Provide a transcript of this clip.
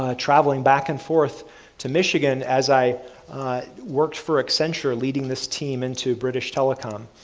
ah traveling back and forth to michigan as i worked for accenture leading this team into british telecom.